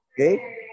Okay